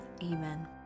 Amen